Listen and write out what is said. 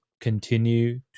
continue